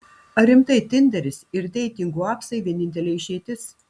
ar rimtai tinderis ir deitingų apsai vienintelė išeitis